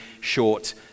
short